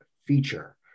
feature